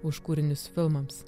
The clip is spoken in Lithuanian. už kūrinius filmams